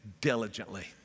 diligently